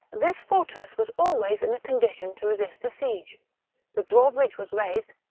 this fortress was always in a condition to resist a siege the drawbridge was raised,